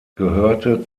gehörte